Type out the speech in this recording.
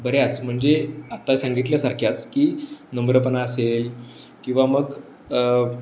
बऱ्याच म्हणजे आत्ता सांगितल्यासारख्याच की नम्रपणा असेल किंवा मग